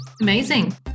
Amazing